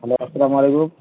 hello السلام علیکم